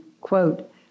quote